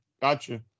gotcha